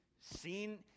seen